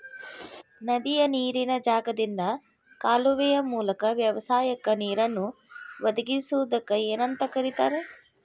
ನದಿಯ ನೇರಿನ ಜಾಗದಿಂದ ಕಾಲುವೆಯ ಮೂಲಕ ವ್ಯವಸಾಯಕ್ಕ ನೇರನ್ನು ಒದಗಿಸುವುದಕ್ಕ ಏನಂತ ಕರಿತಾರೇ?